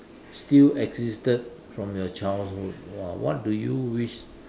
still existed from your childhood !wah! what do you wish